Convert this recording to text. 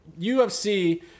ufc